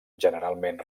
generalment